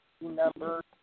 number